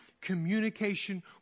communication